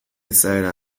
izaera